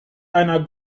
einer